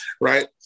right